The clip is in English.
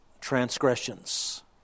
transgressions